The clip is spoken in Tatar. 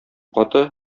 каты